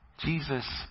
Jesus